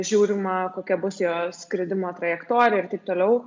žiūrima kokia bus jo skridimo trajektorija ir taip toliau